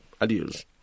adios